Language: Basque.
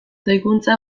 doikuntza